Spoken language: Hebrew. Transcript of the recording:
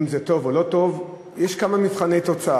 אם זה טוב או לא טוב, יש כמה מבחני תוצאה.